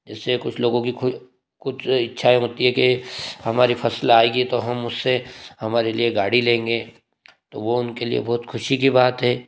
जिससे कुछ लोगों की कुछ इच्छाएं होती है कि हमारी फसल आएगी तो हम उससे हमारे लिए गाड़ी लेंगे वो उनके लिए बहुत खुशी की बात है